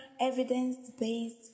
evidence-based